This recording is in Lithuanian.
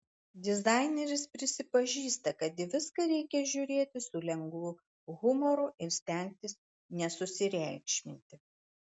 dizaineris prisipažįsta kad į viską reikia žiūrėti su lengvu humoru ir stengtis nesusireikšminti